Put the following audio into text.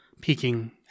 peeking